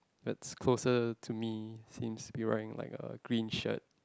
the closest to me seems wearing like a green shirt